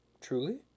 Truly